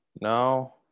now